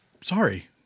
sorry